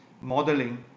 modeling